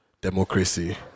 democracy